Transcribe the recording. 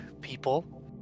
people